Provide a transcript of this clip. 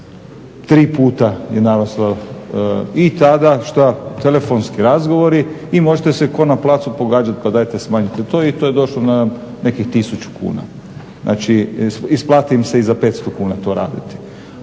Tri puta je naraslo. I tada šta, telefonski razgovori i možete se ko na placu pogađati pa dajte smanjite to i to je došlo na nekih 1000 kuna. Znači isplati im se i za 500 kuna to raditi.